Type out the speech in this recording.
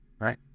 right